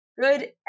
good